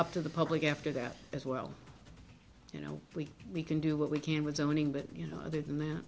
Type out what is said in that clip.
up to the public after that as well you know we can do what we can with zoning but you know other than that